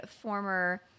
former